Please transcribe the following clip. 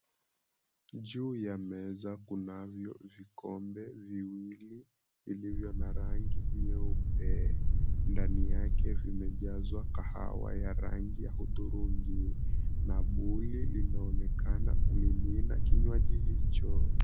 Juu ya meza, kunavyo vikombe viwili vilivyo na rangi nyeupe. Ndani yake vimejazwa kahawa ya rangi ya hudhurungi. Na buli linaonekana kumimina kinywaji hicho.